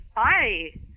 Hi